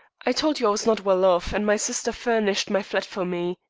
i told you i was not well off, and my sister furnished my flat for me,